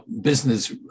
business